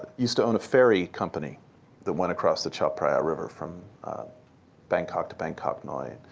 used to own a ferry company that went across the chao phraya river from bangkok to bangkok noi.